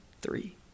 three